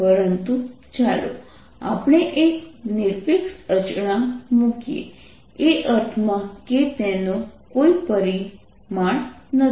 પરંતુ ચાલો આપણે એક નિરપેક્ષ અચળાંક મૂકીએ એ અર્થમાં કે તેનો કોઈ પરિમાણ નથી